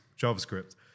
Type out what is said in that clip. JavaScript